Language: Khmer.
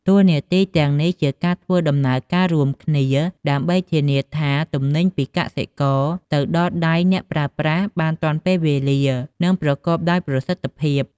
តួនាទីទាំងនេះជាការធ្វើដំណើរការរួមគ្នាដើម្បីធានាថាទំនិញពីកសិករទៅដល់ដៃអ្នកប្រើប្រាស់បានទាន់ពេលវេលា និងប្រកបដោយប្រសិទ្ធភាព។